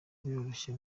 biroroshye